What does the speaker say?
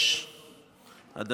עשר דקות לרשותך.